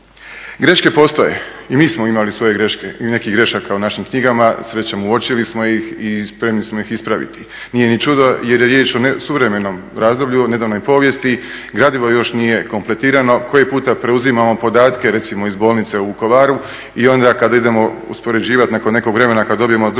Greške postoje i mi smo imali svoje greške i nekih grešaka u našim knjigama, srećom uočili smo ih i spremni smo ih ispraviti. Nije ni čudo jer je riječ o suvremenom razdoblju, nedavnoj povijesti, gradivo još nije kompletirano, koji puta preuzimamo podatke recimo iz bolnice u Vukovaru i onda kada idemo uspoređivati nakon nekog vremena kada dobijemo drugo